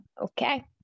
Okay